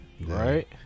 right